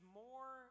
more